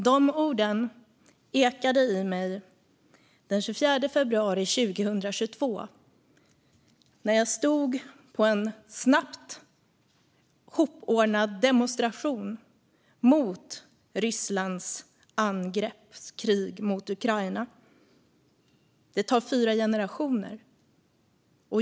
De orden ekade i mig den 24 februari 2022 när jag stod på en snabbt hopordnad demonstration mot Rysslands angrepp och krig mot Ukraina. Det tar fyra generationer.